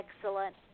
excellent